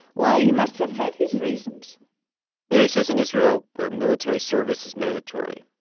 why? he must have had his reasons miri says in israel, where military service is mandatory,